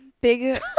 Big